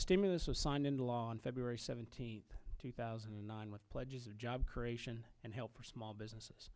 stimulus was signed into law on feb seventeenth two thousand and nine with pledges of job creation and help for small businesses